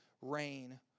rain